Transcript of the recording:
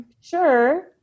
Sure